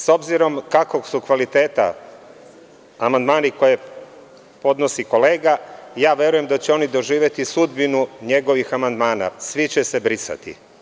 S obzirom kakvog su kvaliteta amandmani koje podnosi kolega, ja verujem da će oni doživeti sudbinu njegovih amandmana, svi će se brisati.